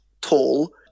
tall